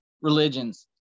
religions